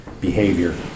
behavior